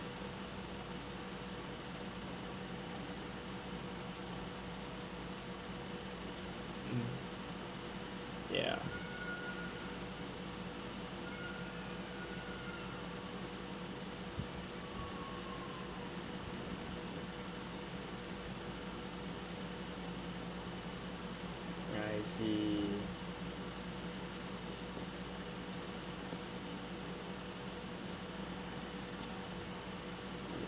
ya ya I see